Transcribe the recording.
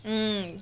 mm